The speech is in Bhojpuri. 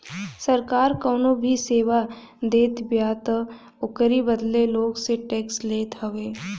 सरकार कवनो भी सेवा देतबिया तअ ओकरी बदले लोग से टेक्स लेत हवे